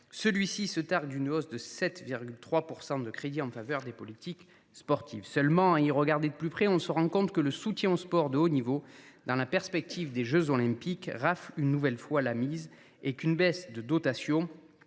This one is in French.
vous vous vantez d’une hausse de 7,3 % de crédits en faveur de politiques sportives. À y regarder de plus près, on se rend toutefois compte que le soutien au sport de haut niveau, dans la perspective des jeux Olympiques, rafle une nouvelle fois la mise et qu’une baisse de dotations